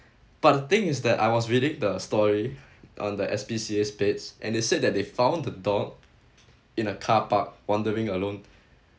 but the thing is that I was reading the story on the S_P_C_A page and they said that they found the dog in a car park wandering alone